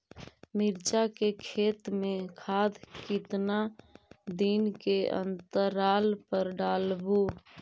मिरचा के खेत मे खाद कितना दीन के अनतराल पर डालेबु?